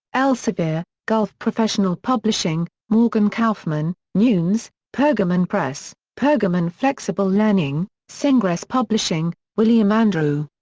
elsevier, gulf professional publishing, morgan kaufmann, newnes, pergamon press, pergamon flexible learning, syngress publishing, william andrew.